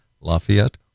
Lafayette